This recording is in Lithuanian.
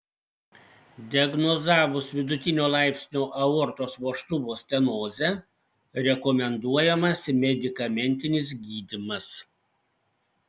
diagnozavus vidutinio laipsnio aortos vožtuvo stenozę rekomenduojamas medikamentinis gydymas